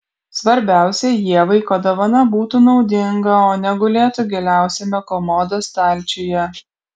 svarbiausia ievai kad dovana būtų naudinga o ne gulėtų giliausiame komodos stalčiuje